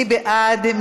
מי בעד?